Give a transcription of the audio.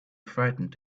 frightened